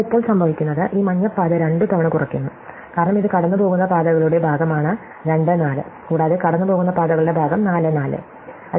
എന്നാൽ ഇപ്പോൾ സംഭവിക്കുന്നത് ഈ മഞ്ഞ പാത രണ്ടുതവണ കുറയ്ക്കുന്നു കാരണം ഇത് കടന്നുപോകുന്ന പാതകളുടെ ഭാഗമാണ് 24 കൂടാതെ കടന്നുപോകുന്ന പാതകളുടെ ഭാഗം 44